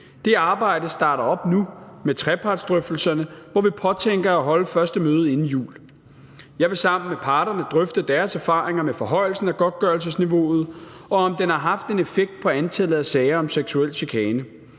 Det arbejde starter op nu med trepartsdrøftelserne, hvor vi påtænker at holde første møde inden jul. Jeg vil sammen med parterne drøfte deres erfaringer med forhøjelsen af godtgørelsesniveauet, og om den har haft en effekt på antallet af sager om seksuel chikane.